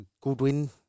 Goodwin